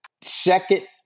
second